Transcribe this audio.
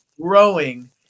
growing